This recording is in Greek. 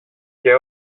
και